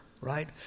Right